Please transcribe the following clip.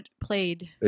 played